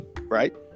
right